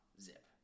zip